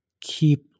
keep